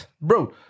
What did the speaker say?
Bro